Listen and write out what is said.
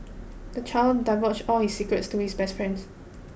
the child divulged all his secrets to his best friends